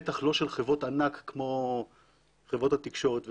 בטח לא של חברות ענק כמו חברות התקשורת וכו'.